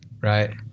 Right